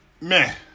Man